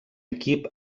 equip